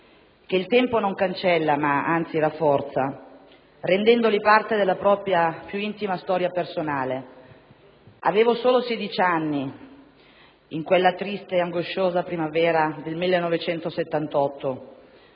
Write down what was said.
che il tempo non cancella ed anzi rafforza, rendendoli parte della propria più intima storia personale. Avevo solo 16 anni in quella triste e angosciosa primavera del 1978,